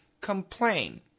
complain